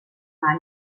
mai